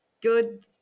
good